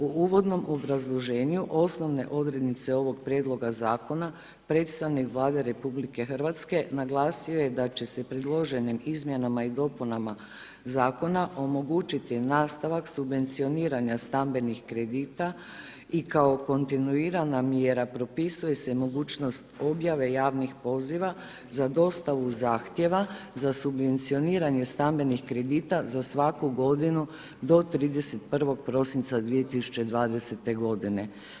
U uvodnom obrazloženju osnovne odrednice ovog prijedloga zakona predstavnik Vlade RH naglasio je da će se predloženim izmjenama i dopunama zakona omogućiti nastavak subvencioniranja stambenih kredita i kao kontinuirana mjera propisuje se mogućnost objave javnih poziva za dostavu zahtjeva za subvencioniranje stambenih kredita za svaku godinu do 31. prosinca 2020. godine.